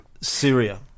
Syria